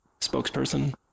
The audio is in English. spokesperson